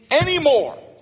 anymore